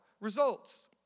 results